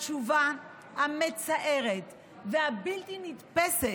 התשובה המצערת והבלתי-נתפסת,